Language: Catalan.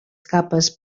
capes